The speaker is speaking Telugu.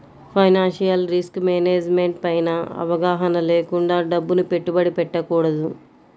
ఫైనాన్షియల్ రిస్క్ మేనేజ్మెంట్ పైన అవగాహన లేకుండా డబ్బుని పెట్టుబడి పెట్టకూడదు